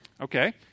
Okay